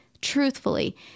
truthfully